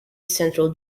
central